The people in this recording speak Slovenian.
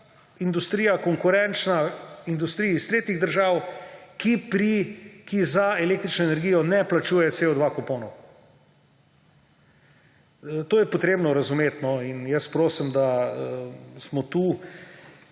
industrija konkurenčna industriji iz tretjih držav, ki za električno energijo ne plačuje CO2 kuponov. To je potrebno razumeti in prosim, da tu